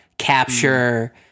capture